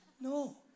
No